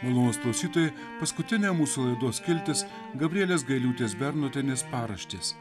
malonūs klausytojai paskutinė mūsų laidos skiltis gabrielės gailiūtės bernotienės paraštės